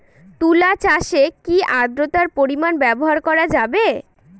তুলা চাষে কি আদ্রর্তার পরিমাণ ব্যবহার করা যাবে?